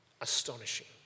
Astonishing